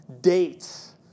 dates